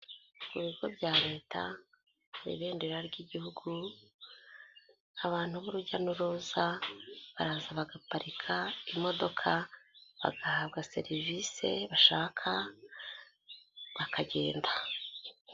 Ku bigo bya Leta hari ibendera ry'igihugu, abantu b'urujya n'uruza baraza bagaparika imodoka, bagahabwa serivisi bashaka bakagenda.